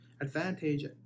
advantage